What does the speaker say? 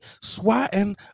swatting